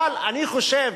אבל אני חושב